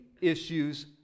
issues